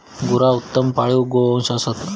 गुरा उत्तम पाळीव गोवंश असत